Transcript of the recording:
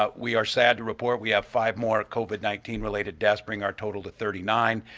ah we are sad to report we have five more covid nineteen related deaths, bringing our total to thirty nine.